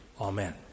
Amen